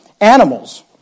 animals